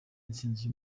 intsinzi